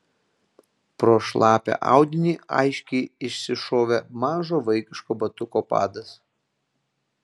pro šlapią audinį aiškiai išsišovė mažo vaikiško batuko padas